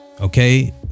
Okay